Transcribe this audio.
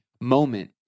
moment